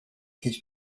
his